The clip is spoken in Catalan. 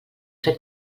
fer